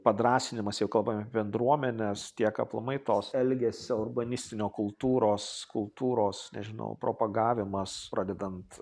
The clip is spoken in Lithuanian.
padrąsinimas jeigu kalbam apie bendruomenes tiek aplamai tos elgesio urbanistinio kultūros kultūros nežinau propagavimas pradedant